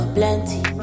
plenty